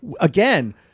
again